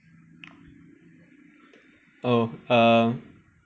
oh uh